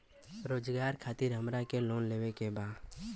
रोजगार खातीर हमरा के लोन लेवे के बा?